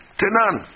tenan